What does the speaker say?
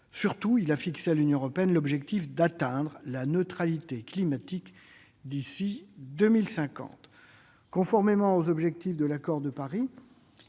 Surtout, il a fixé à l'Union européenne l'objectif d'atteindre la neutralité climatique d'ici à 2050, conformément aux objectifs déterminés par l'accord de Paris.